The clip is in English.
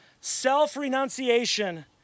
Self-renunciation